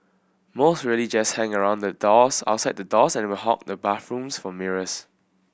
most really just hang around doors outside the doors and will hog the bathrooms for mirrors